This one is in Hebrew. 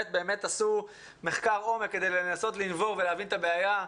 שעשו מחקר עומק ולהבין את הבעיה,